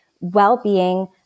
well-being